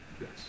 Yes